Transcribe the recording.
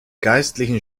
geistlichen